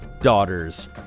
daughters